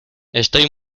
estoy